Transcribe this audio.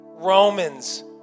Romans